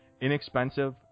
inexpensive